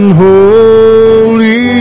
holy